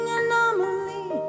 anomaly